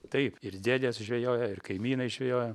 taip ir dėdės žvejojo ir kaimynai žvejojo